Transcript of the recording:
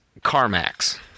CarMax